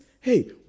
hey